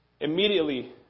Immediately